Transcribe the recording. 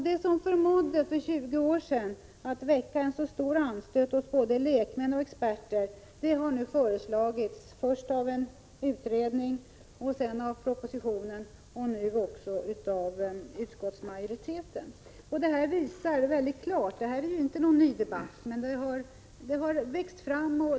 Det som för 20 år sedan förmådde väcka så stark anstöt hos både lekmän och experter har nu föreslagits först av en utredning, sedan i propositionen och nu också av utskottsmajoriteten. Detta är ju inte någon ny debatt, men frågeställningen har växt fram.